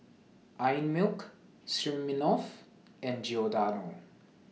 Einmilk Smirnoff and Giordano